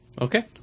Okay